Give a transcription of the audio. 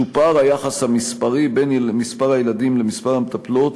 שופר היחס המספרי בין מספר הילדים למספר המטפלות